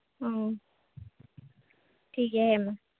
ᱚᱻ ᱴᱷᱤᱠ ᱜᱮᱭᱟ ᱦᱮᱸ ᱢᱟ